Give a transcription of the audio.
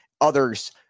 others